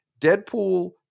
Deadpool